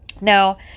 Now